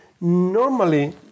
normally